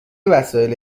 وسایل